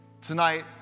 Tonight